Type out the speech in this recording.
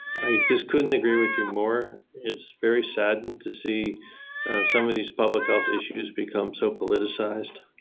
i just couldn't agree with you more. it's very saddening to see some of these public health issues become so politicized.